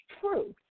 true